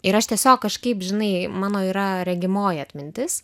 ir aš tiesiog kažkaip žinai mano yra regimoji atmintis